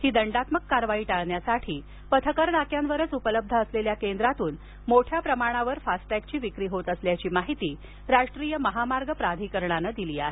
ही दंडात्मक कारवाई टाळण्यासाठी पथकर नाक्यांवरच उपलब्ध असलेल्या केंद्रातून मोठ्या प्रमाणावर फास्ट टॅगची विक्री होत असल्याची माहिती राष्ट्रीय महामार्ग प्राधिकरणांन दिली आहे